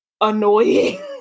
annoying